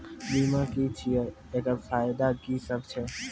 बीमा की छियै? एकरऽ फायदा की सब छै?